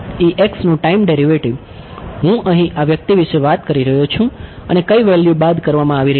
નું time derivative હું અહીં આ વ્યક્તિ વિશે વાત કરી રહ્યો છું અને કઈ વેલ્યૂ બાદ કરવામાં આવી રહી છે